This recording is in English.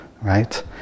right